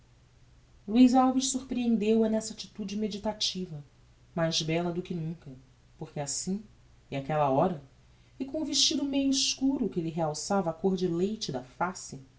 luiz alves sorprehendeu a nessa attitude meditativa mais bella do que nunca porque assim e áquella hora e com o vestido meio escuro que lhe realçava a côr de leite da face